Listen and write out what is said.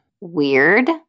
Weird